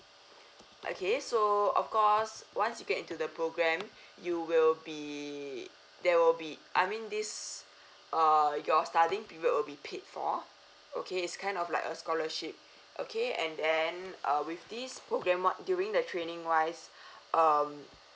okay so of course once you get into the program you will be there will be I mean this uh your studying period will be paid for okay it's kind of like a scholarship okay and then uh with this program uh during the training wise um